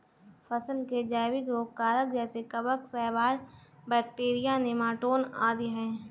फसल के जैविक रोग कारक जैसे कवक, शैवाल, बैक्टीरिया, नीमाटोड आदि है